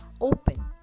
open